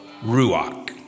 Ruach